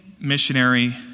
missionary